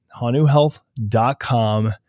HanuHealth.com